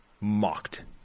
mocked